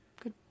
Good